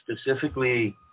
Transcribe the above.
specifically